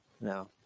No